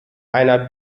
einer